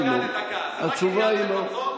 התשובה היא לא.